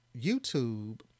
youtube